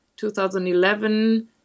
2011